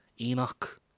enoch